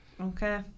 Okay